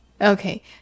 Okay